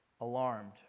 alarmed